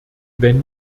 wenn